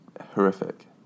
horrific